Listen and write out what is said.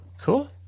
cool